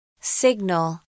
Signal